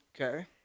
Okay